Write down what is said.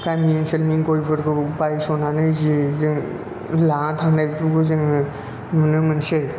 गामि ओनसोलनि गइफोरखौ बाइस'नानै जि जों लाना थांनायफोरखौ जोङो नुनो मोनसै